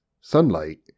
Sunlight